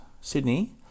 Sydney